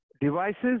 devices